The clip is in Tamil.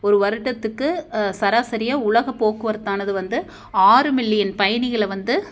ஒரு வருடத்துக்கு அ சராசரியாக உலகம் போக்குவரத்தானது வந்து ஆறு மில்லியன் பயணிகளை வந்து